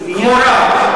כמו רהט.